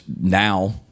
now